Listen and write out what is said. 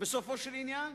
בסופו של עניין.